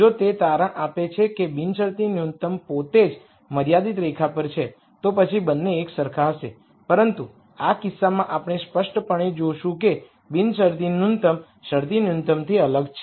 જો તે તારણ આપે છે કે બિનશરતી ન્યુનત્તમ પોતે જ મર્યાદિત રેખા પર છે તો પછી બંને એકસરખા હશે પરંતુ આ કિસ્સામાં આપણે સ્પષ્ટપણે જોશું કે બિનશરતી ન્યુનત્તમ શરતી ન્યુનત્તમથી અલગ છે